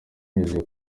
binyuze